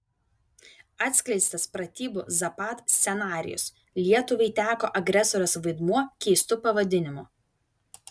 atskleistas pratybų zapad scenarijus lietuvai teko agresorės vaidmuo keistu pavadinimu